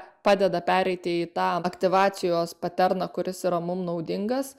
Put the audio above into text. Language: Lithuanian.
padeda pereiti į tą aktyvacijos paterną kuris yra mum naudingas